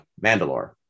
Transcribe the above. Mandalore